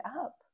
up